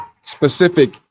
specific